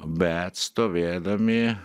bet stovėdami